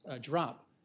drop